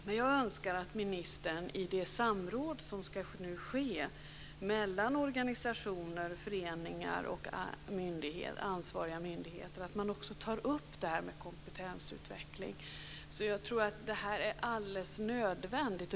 Men jag önskar att ministern i det samråd som nu ska ske mellan organisationer, föreningar och ansvariga myndigheter också tar upp kompetensutveckling. Jag tror att detta är alldeles nödvändigt.